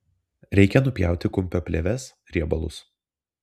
reikia nupjauti kumpio plėves riebalus